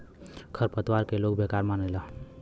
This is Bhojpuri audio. खर पतवार के लोग बेकार मानेले